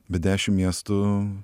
bet dešim miestų